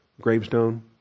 gravestone